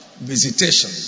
visitation